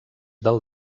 del